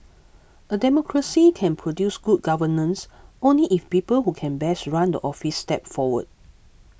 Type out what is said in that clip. a democracy can produce good governance only if people who can best run the office step forward